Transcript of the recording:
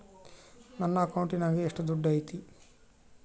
ನನ್ನ ಅಕೌಂಟಿನಾಗ ಎಷ್ಟು ದುಡ್ಡು ಐತಿ?